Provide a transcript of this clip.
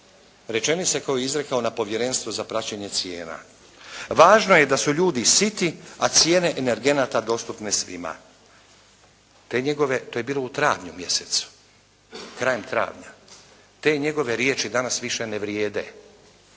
rečenice koju je izrekao na Povjerenstvu za praćenje cijena: "Važno je da su ljudi siti a cijene energenata dostupne svima.". To je bilo u travnju mjesecu, krajem travnja. Te njegove riječi danas više ne vrijede.